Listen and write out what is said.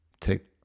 take